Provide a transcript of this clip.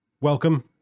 welcome